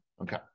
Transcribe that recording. Okay